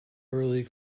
early